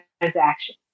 transaction